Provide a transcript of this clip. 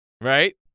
right